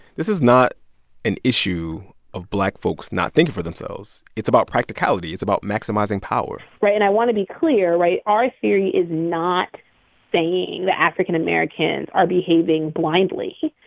this is not an issue of black folks not thinking for themselves. it's about practicality. it's about maximizing power right, and i want to be clear, right? our theory is not saying that african americans are behaving blindly.